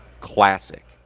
classic